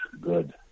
good